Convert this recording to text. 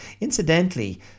Incidentally